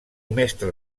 mestre